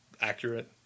accurate